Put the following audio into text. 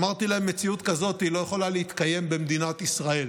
אמרתי להם: מציאות כזאת לא יכולה להתקיים במדינת ישראל.